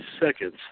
seconds